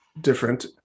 different